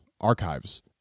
archives